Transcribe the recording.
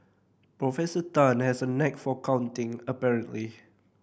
Professor Tan has a knack for counting apparently